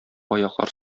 аяклар